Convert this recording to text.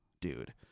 dude